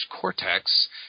cortex